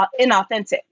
inauthentic